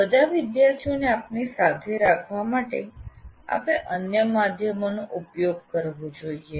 બધા વિદ્યાર્થીઓને આપની સાથે રાખવા માટે આપે અન્ય માધ્યમોનો ઉપયોગ કરવો જોઈએ